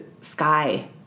sky